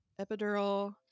epidural